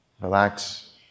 relax